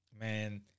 man